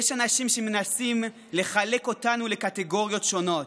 יש אנשים שמנסים לחלק אותנו לקטגוריות שונות,